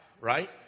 Right